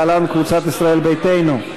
להלן: קבוצת סיעת ישראל ביתנו,